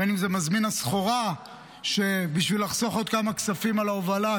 אם זה מזמין הסחורה שבשביל לחסוך עוד כמה כספים על ההובלה,